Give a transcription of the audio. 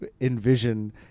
envision